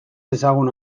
dezagun